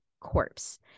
corpse